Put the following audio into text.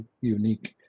unique